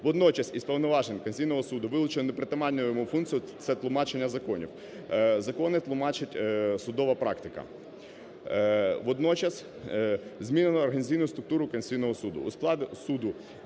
Водночас із повноважень Конституційного Суду вилучені непритаманні йому функції, це тлумачення законів. Закони тлумачить судова практика. Водночас змінено організаційну структуру Конституційного Суду. У складі суду